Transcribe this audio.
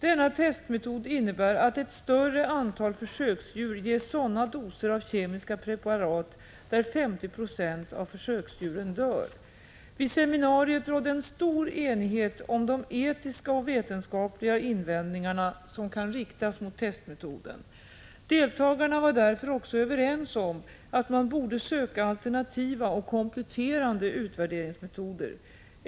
Denna testmetod innebär att ett större antal försöksdjur ges sådana doser av kemiska preparat att 50 Jo av försöksdjuren dör. Vid seminariet rådde en stor enighet om de etiska och vetenskapliga invändningar som kan riktas mot testmetoden. Deltagarna var därför också överens om att man borde söka alternativa och kompletterande utvärderingsmetoder.